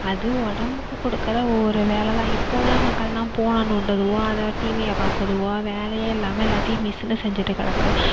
அது உடம்புக்கு கொடுக்குற ஒரு வேலை தான் இப்போது உள்ள மக்கள்லாம் போன நோண்டுதுவோ அதான் டிவியை பார்க்குதுவோ வேலையே இல்லாமல் எல்லாத்தையும் மிசின்னு செஞ்சிகிட்டு கிடக்கு